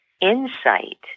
insight